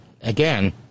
again